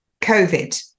covid